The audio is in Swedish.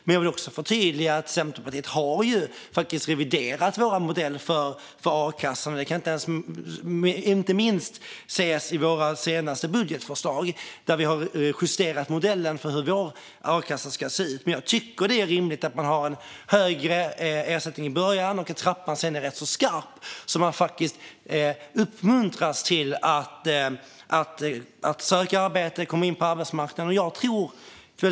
Men jag vill också förtydliga att Centerpartiet har reviderat vår modell för a-kassan. Det kan inte minst ses i vårt senaste budgetförslag, där vi har justerat modellen för hur vår a-kassa ska se ut. Det är rimligt att ha en högre ersättning i början och att trappan sedan är skarp, så att man faktiskt uppmuntras till att söka arbete och komma in på arbetsmarknaden.